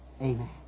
Amen